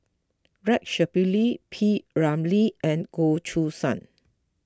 Rex Shelley P Ramlee and Goh Choo San